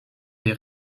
dans